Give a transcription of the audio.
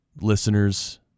listeners